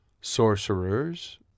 sorcerers